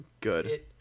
Good